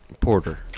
Porter